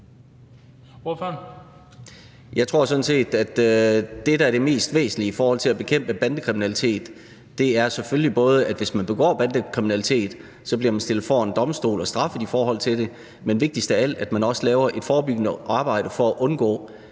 Jeg tror sådan set, at det, der er det mest væsentlige i forhold til at bekæmpe bandekriminalitet, selvfølgelig er, at hvis man begår bandekriminalitet, så bliver man stillet for en domstol og straffet for det, men vigtigst af alt er, at vi også laver et forebyggende arbejde for at undgå,